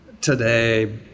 today